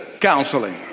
counseling